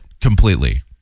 completely